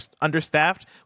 understaffed